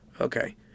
Okay